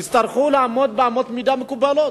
הם יצטרכו לעמוד באמות מידה מקובלות.